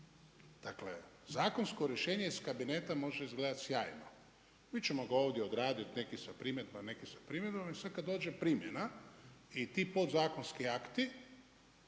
Dakle, zakonsko rješenje s kabineta može izgledati sjajno. Mi ćemo ga ovdje odraditi neki sa …/Govornik se ne razumije./… neki sa primjedbama. I sad kad dođe primjena i ti podzakonski akti,